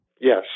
Yes